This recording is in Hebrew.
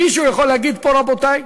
מישהו יכול להגיד פה, רבותי?